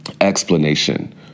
explanation